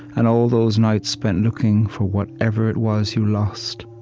and all those nights spent looking for whatever it was you lost,